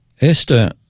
Esther